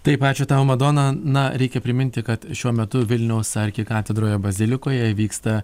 taip ačiū tau madona na reikia priminti kad šiuo metu vilniaus arkikatedroje bazilikoje vyksta